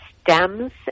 stems